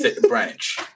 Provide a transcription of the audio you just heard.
branch